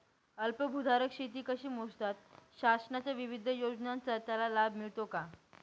अल्पभूधारक शेती कशी मोजतात? शासनाच्या विविध योजनांचा त्याला लाभ मिळतो का?